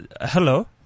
Hello